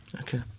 Okay